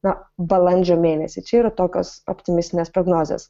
na balandžio mėnesį čia yra tokios optimistinės prognozės